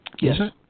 Yes